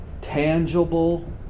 tangible